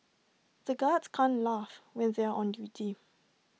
the guards can't laugh when they are on duty